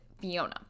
Fiona